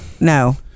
No